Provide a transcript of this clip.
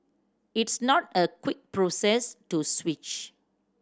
it's not a quick process to switch